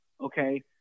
okay